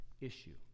issue